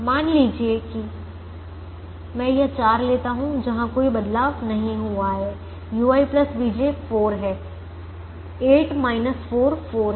मान लीजिए मैं यह चार लेता हूं जहां कोई बदलाव नहीं हुआ है ui vj 4 है 8 4 4 है